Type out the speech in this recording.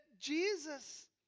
Jesus